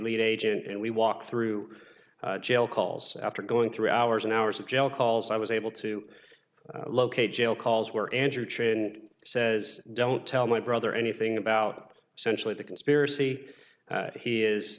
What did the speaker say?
lead agent and we walk through jail calls after going through hours and hours of jail calls i was able to locate jail calls where andrew chaikin says don't tell my brother anything about century the conspiracy he is